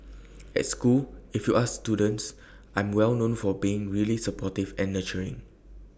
at school if you ask students I'm well known for being really supportive and nurturing